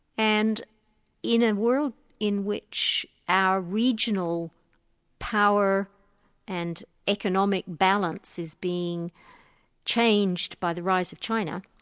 and in a world in which our regional power and economic balance is being changed by the rise of china,